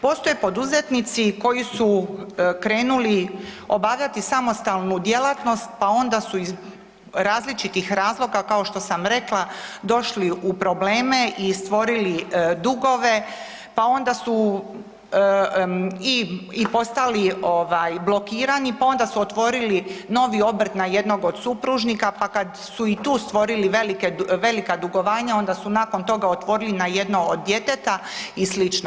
Postoje poduzetnici koji su krenuli obavljati samostalnu djelatnost, pa ona su iz različitih razloga kao što sam rekla došli u probleme i stvorili dugove, pa onda su i postali ovaj blokirani, pa onda su otvorili novi obrt na jednog od supružnika, pa kad su i tu stvorili velika dugovanja onda su nakon toga otvorili na jedno od djeteta i sl.